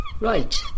Right